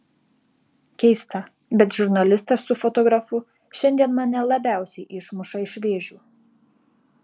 keista bet žurnalistas su fotografu šiandien mane labiausiai išmuša iš vėžių